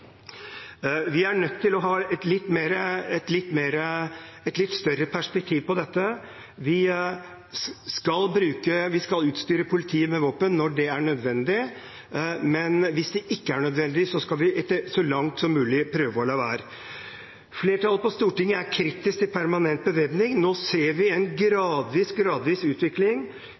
Vi er nødt til å ha et litt større perspektiv på dette. Vi skal utstyre politiet med våpen når det er nødvendig, men hvis det ikke er nødvendig, skal vi så langt som mulig prøve å la være. Flertallet på Stortinget er kritisk til permanent bevæpning. Nå ser vi en gradvis, gradvis utvikling.